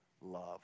love